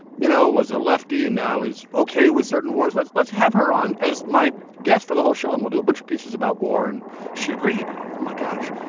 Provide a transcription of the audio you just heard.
you know, was a lefty and now is okay with certain words. let's let's have her on as my guest for the whole show and we'll do a bunch of pieces about war. and she agreed, oh, my gosh,